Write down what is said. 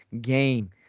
game